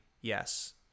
yes